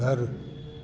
घरु